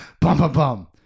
bum-bum-bum